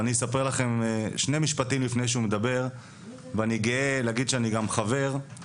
ואני אספר לכם שני משפטים לפני שהוא מדבר ואני גאה להגיד שאני גם חבר.